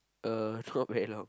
uh not very loud